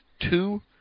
two